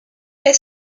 est